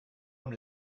amb